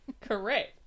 Correct